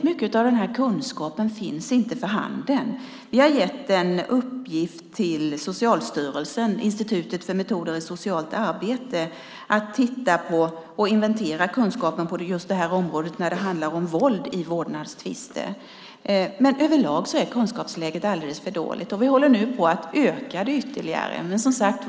Mycket av kunskapen finns inte för handen. Vi har gett en uppgift till Institutet för utveckling av metoder i socialt arbete vid Socialstyrelsen att titta på och inventera kunskapen på området när det handlar om våld i vårdnadstvister. Överlag är kunskapsläget alldeles för dåligt. Vi håller på att förbättra det.